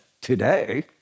today